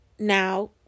Now